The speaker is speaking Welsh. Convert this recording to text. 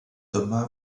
dyma